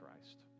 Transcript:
Christ